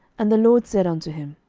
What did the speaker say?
and the lord said unto him,